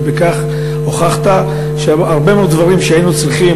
ובכך הוכחת שלהרבה מאוד דברים שהיינו צריכים